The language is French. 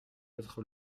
être